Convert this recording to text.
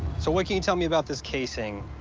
so what can you tell me about this casing?